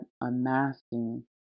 unmasking